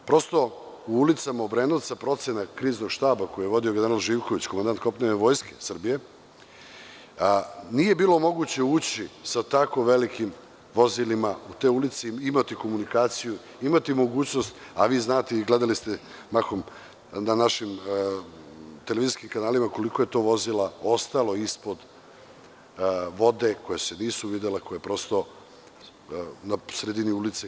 Prosto, u ulicama Obrenovca, procena je kriznog štaba, koji je vodio general Živković, komandant kopnene Vojske Srbije, nije bilo moguće ući sa tako velikim vozilima u te ulice i imati mogućnost, a vi znate i gledali ste na našim televizijskim kanalima koliko je to vozila ostalo ispod vode, koja se nisu videla, koja su na sredini ulice.